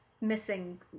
missing